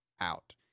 out